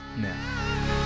now